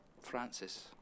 Francis